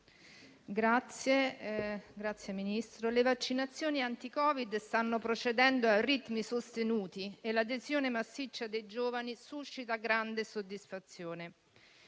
salute* - Premesso che: le vaccinazioni anti COVID stanno procedendo a ritmi sostenuti e l'adesione massiccia dei giovani suscita grande soddisfazione;